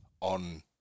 on